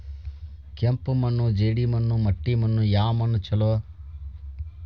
ಕೆಂಪು ಮಣ್ಣು, ಜೇಡಿ ಮಣ್ಣು, ಮಟ್ಟಿ ಮಣ್ಣ ಯಾವ ಮಣ್ಣ ಛಲೋ?